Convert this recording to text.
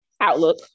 Outlook